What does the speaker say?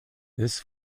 this